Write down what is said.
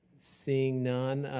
seeing none,